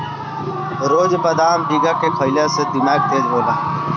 रोज बदाम भीगा के खइला से दिमाग तेज होला